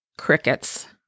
crickets